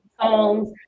songs